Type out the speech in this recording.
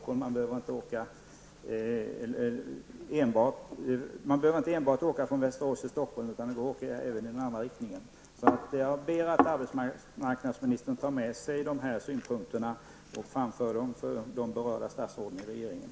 Man behöver inte enbart åka från Västerås till Stockholm, utan det går att åka även i den andra riktningen. Jag ber att arbetsmarknadsministern tar med sig dessa synpunkter och framför dem till de berörda statsråden i regeringen.